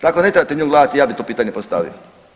Tako da ne trebate nju gledati ja bi to pitanje postavio.